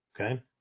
Okay